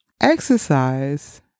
Exercise